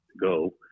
go